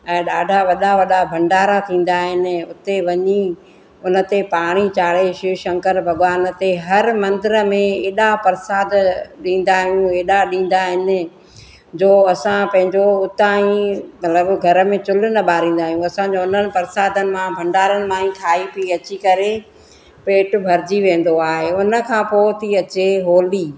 ऐं ॾाढा वॾा वॾा भंडारा थींदा आहिनि उते वञी उन ते पाणी चाढ़े शिव शंकर भॻवान ते हर मंदर में एॾा प्रसाद ॾींदा आहियूं एॾा ॾींदा आहिनि जो असां पंहिंजो उतां ई मतिलबु घर में चुल्ह न ॿारींदा आहियूं असांजो उन्हनि प्रसादनि मां भंडारनि मां ई खाई पी अची करे पेट भरिजी वेंदो आहे उन खां पोइ थी अचे होली